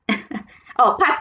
oh part